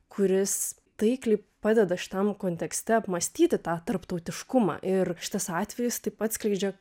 kuris taikliai padeda šitam kontekste apmąstyti tą tarptautiškumą ir šitas atvejis taip atskleidžia